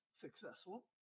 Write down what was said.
successful